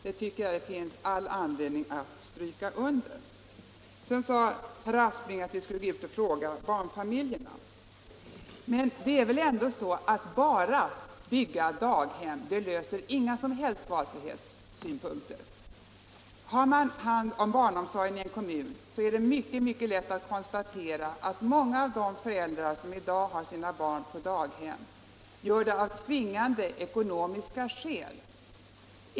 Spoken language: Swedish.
Det tycker jag det finns all anledning att stryka under. Herr Aspling sade att vi skulle gå ut och fråga barnfamiljerna. Men att bara bygga daghem löser inga som helst valfrihetsfrågor. Har man hand om barnomsorgen i en kommun, är det mycket lätt att konstatera att många av de föräldrar som i dag lämnar sina barn på daghem gör det av tvingande ekonomiska skäl.